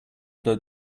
though